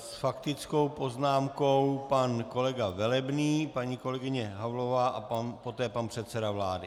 S faktickou poznámkou pan kolega Velebný, paní kolegyně Havlová a poté pan předseda vlády.